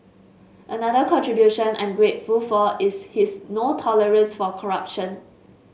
another contribution I'm grateful for is his no tolerance for corruption